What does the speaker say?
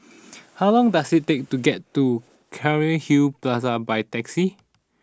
how long does it take to get to Cairnhill Plaza by taxi